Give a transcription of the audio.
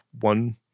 one